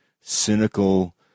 cynical